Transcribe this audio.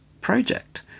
project